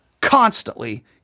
constantly